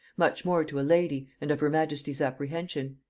much more to a lady, and of her majesty's apprehension?